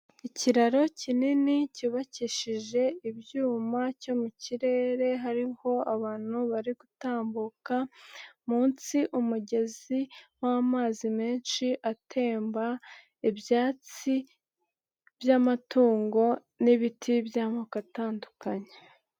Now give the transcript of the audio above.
Ikiraro kinini, cyubakishije ibyuma cyo mu kirere, hariho abantu bari gutambuka, munsi umugezi w'amazi menshi atemba, ibyatsi by'amatungo n'ibiti by'amoko atandukanye.